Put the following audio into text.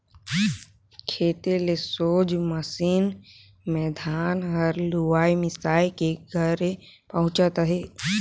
खेते ले सोझ मसीन मे धान हर लुवाए मिसाए के घरे पहुचत अहे